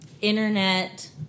internet